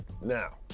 Now